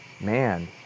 Man